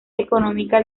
económica